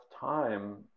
time